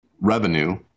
revenue